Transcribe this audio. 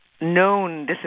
known